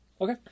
Okay